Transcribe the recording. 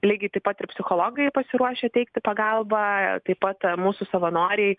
lygiai taip pat ir psichologai pasiruošę teikti pagalbą taip pat mūsų savanoriai